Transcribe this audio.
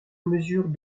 mesure